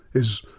is,